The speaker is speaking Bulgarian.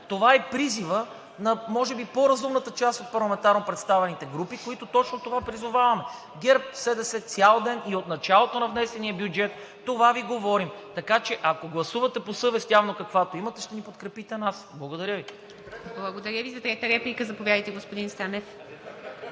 това е и призивът на може би по-разумната част от парламентарно представените групи, които точно за това призоваваме. ГЕРБ-СДС цял ден, и от началото на внесения бюджет, това Ви говорим, така че, ако гласувате по съвест, явно каквато имате, ще ни подкрепите нас. Благодаря Ви. ПРЕДСЕДАТЕЛ ИВА МИТЕВА: Благодаря Ви. Трета реплика – заповядайте, господин Станев.